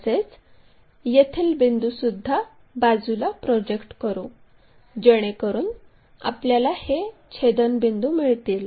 तसेच येथील बिंदूसुद्धा बाजूला प्रोजेक्ट करू जेणेकरून आपल्याला हे छेदनबिंदू मिळतील